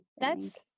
That's-